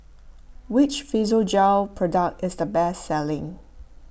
which Physiogel product is the best selling